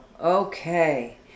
Okay